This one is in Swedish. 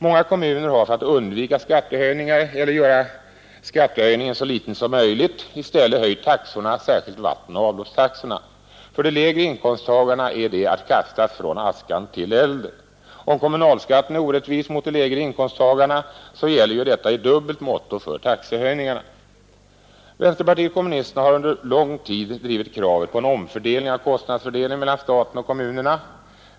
Många kommuner har för att undvika skattehöjning eller för att göra skattehöjningen så liten som möjligt i stället höjt taxorna, särskilt vattenoch avloppstaxorna. För de lägre inkomsttagarna innebär detta att kastas ur askan i elden, Om kommunalskatten är orättvis mot de lägre inkomsttagarna, gäller detta i dubbel måtto beträffande taxehöjningarna. Vänsterpartiet kommunisterna har under mycket lång tid drivit kravet på en omfördelning av kostnadsfördelningen mellan staten och kommunerna.